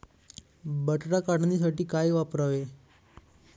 बटाटा काढणीसाठी काय वापरावे?